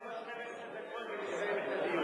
תן לו 12 דקות ונסיים את הדיון.